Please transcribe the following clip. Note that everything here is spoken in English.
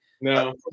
No